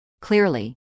clearly